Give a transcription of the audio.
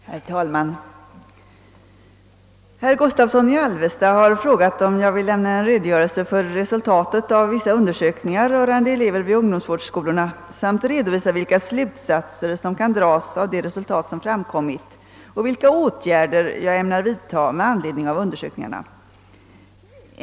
Herr talman! Herr Gustavsson i Alvesta har frågat om jag vill lämna en redogörelse för resultatet av vissa undersökningar rörande elever vid ungdomsvårdsskolorna samt redovisa vilka slutsatser som kan dras av de resultat som framkommit och vilka åtgärder jag ämnar vidta med anledning av undersökningarna.